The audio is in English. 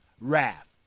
wrath